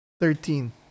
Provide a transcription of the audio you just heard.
Thirteen